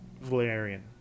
Valerian